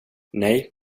nej